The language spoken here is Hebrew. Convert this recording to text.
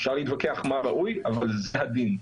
אפשר להתווכח מה ראוי אבל זה הדין.